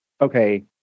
okay